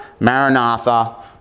Maranatha